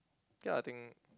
ya I think